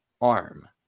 arm